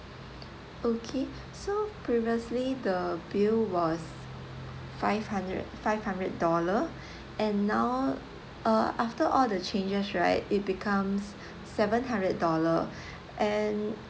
okay so previously the bill was five hundred five hundred dollar and now uh after all the changes right it becomes seven hundred dollar and